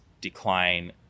decline